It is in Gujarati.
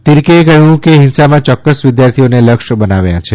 તીરકેએ કહ્યુંકે હિંસામાં ચોક્કસ વિદ્યાર્થીઓને લક્ષ્ય બનાવ્યાં છે